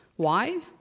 why?